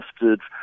lifted